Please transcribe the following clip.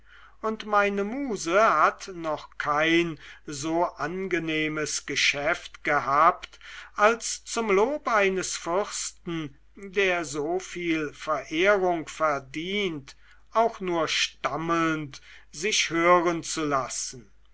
und meine muse hat noch kein so angenehmes geschäfte gehabt als zum lob eines fürsten der so viel verehrung verdient auch nur stammelnd sich hören zu lassen